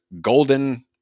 golden